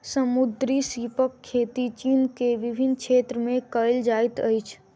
समुद्री सीपक खेती चीन के विभिन्न क्षेत्र में कयल जाइत अछि